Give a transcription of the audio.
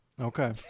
Okay